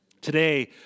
Today